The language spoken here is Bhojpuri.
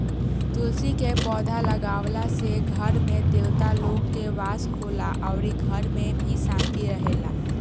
तुलसी के पौधा लागावला से घर में देवता लोग के वास होला अउरी घर में भी शांति रहेला